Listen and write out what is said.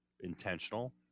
intentional